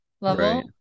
level